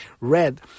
red